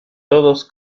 todos